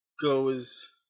goes